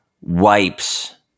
wipes